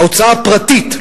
ההוצאה הפרטית,